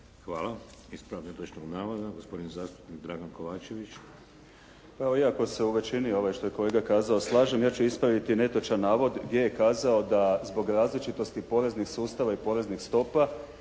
Hvala. Ispravak netočnog navoda, gospodin zastupnik Dragan Kovačević. **Kovačević, Dragan (HDZ)** Pa iako se u većino ovo što je kolega kazao slažem, ja ću ispraviti netočan navod, gdje je kazao da zbog različitosti poreznih sustava i poreznih stopa,